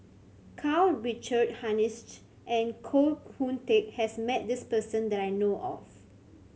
Karl Richard Hanitsch and Koh Hoon Teck has met this person that I know of